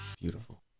Beautiful